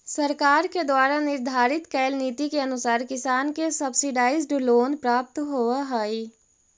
सरकार के द्वारा निर्धारित कैल नीति के अनुसार किसान के सब्सिडाइज्ड लोन प्राप्त होवऽ हइ